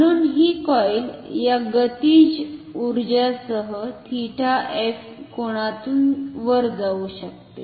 म्हणून हि कॉइल या गतीज उर्जासह 𝜃f कोनातून वर जाऊ शकते